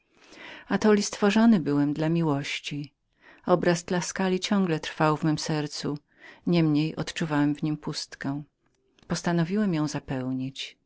atoli stworzony byłem dla miłości tuskula żyła dotąd w mem sercu choć mi bolesną próżnię w życiu zostawiła postanowiłem ją zapełnić